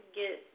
get